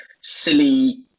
silly